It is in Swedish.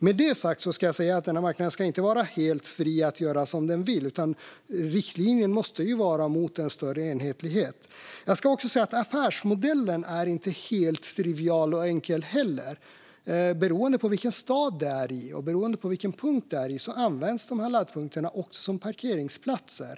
Med det sagt ska denna marknad inte vara helt fri att göra som den vill, utan riktlinjen måste vara att det ska gå mot en större enhetlighet. Jag ska också säga att affärsmodellen inte heller är helt trivial och enkel. Laddpunkterna används olika beroende på vilken stad de finns i och beroende på var de är. Ibland används laddpunkterna också som parkeringsplatser.